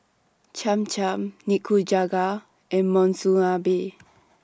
Cham Cham Nikujaga and Monsunabe